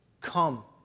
Come